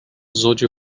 زوج